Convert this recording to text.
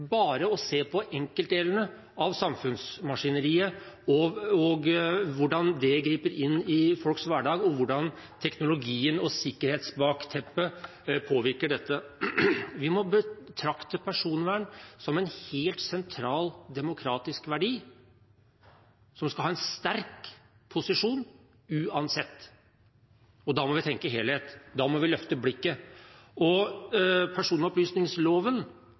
bare å se på enkeltdelene av samfunnsmaskineriet og hvordan det griper inn i folks hverdag, og hvordan teknologien og sikkerhetsbakteppet påvirker dette. Vi må betrakte personvern som en helt sentral demokratisk verdi som skal ha en sterk posisjon uansett. Da må vi tenke helhet. Da må vi løfte blikket. Personopplysningsloven